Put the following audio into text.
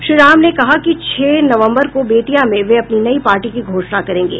श्री राम ने कहा कि छह नवम्बर को बेतिया में वे अपनी नई पार्टी की घोषणा करेंगे